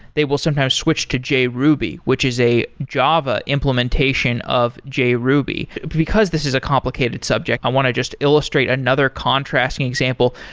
they will sometimes switch to j ruby, which is a java implementation of j ruby. but because this is a complicated subject, i want to just illustrate another contrasting example.